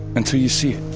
until you see